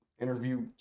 interview